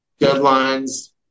deadlines